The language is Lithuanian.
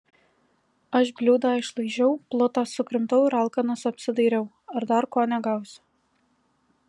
aš bliūdą išlaižiau plutą sukrimtau ir alkanas apsidairiau ar dar ko negausiu